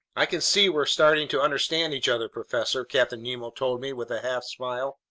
i can see we're starting to understand each other, professor, captain nemo told me with a half smile.